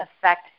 affect